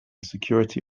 security